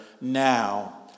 now